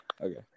okay